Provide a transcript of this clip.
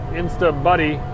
insta-buddy